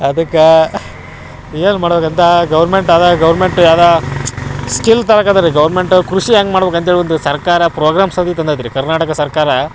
ಅದಕ್ಕೆ ಏನು ಮಾಡ್ಬೇಕಂತ ಗೌರ್ಮೆಂಟ್ ಅದ ಗೌರ್ಮೆಂಟು ಯಾವುದೋ ಸ್ಕಿಲ್ಗೌ ತರಾಕದ ರೀ ಗೌರ್ಮೆಂಟು ಕೃಷಿ ಹೆಂಗೆ ಮಾಡ್ಬೇಕು ಅಂಥೇಳಿ ಒಂದು ಸರ್ಕಾರ ಪ್ರೋಗ್ರಾಮ್ಸ್ ಅದು ಇದು ತಂದೈತಿ ರೀ ಕರ್ನಾಟಕ ಸರ್ಕಾರ